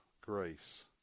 grace